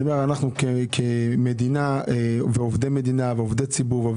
אנחנו כעובדי מדינה ועובדי ציבור,